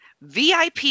VIP